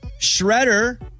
Shredder